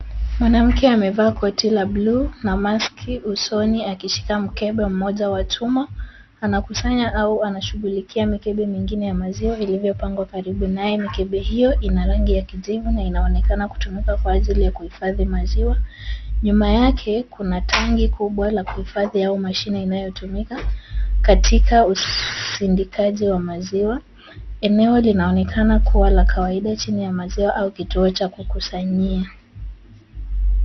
Mwanamke amevaa koti la bluu na maski usoni akishika mkebe mmoja wa chuma. Anakusanya au anashughulikia mikebe mingine ya maziwa ilivyopangwa kando yake. Mikebe hiyo ina rangi ya kijivu na inaonekana kutumika kwa ajili ya kuhifadhi maziwa. Nyuma yake kuna tanki kubwa la kuhifadhi au mashini inayotumika katika usindikaji wa maziwa. Eneo linaonekana kuwa la kawaida chini ya maziwa au kituo cha kukusanyia.